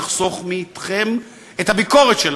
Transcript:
אנחנו לא נחסוך מכם את הביקורת שלנו,